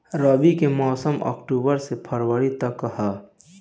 रबी के मौसम अक्टूबर से फ़रवरी तक ह